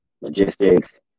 logistics